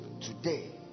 Today